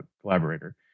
collaborator